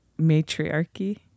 Matriarchy